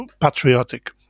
patriotic